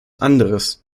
anderes